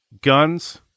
Guns